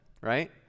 right